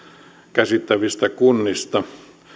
käsittävistä kunnista